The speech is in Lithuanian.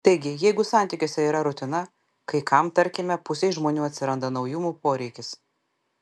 taigi jeigu santykiuose yra rutina kai kam tarkime pusei žmonių atsiranda naujumų poreikis